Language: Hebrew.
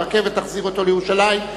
הרכבת תחזיר אותו לירושלים.